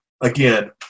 again